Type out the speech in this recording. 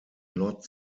not